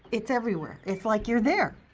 it's everywhere. it's like you're there.